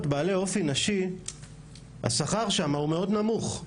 בעלי אופי נשי השכר שם הוא מאוד נמוך.